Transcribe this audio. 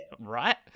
Right